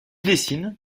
dessine